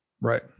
Right